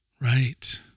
Right